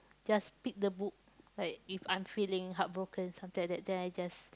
just pick the book like if I'm feeling heartbroken something like that then I just